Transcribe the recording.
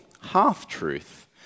half-truth